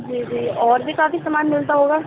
جی جی اور بھی کافی سامان ملتا ہوگا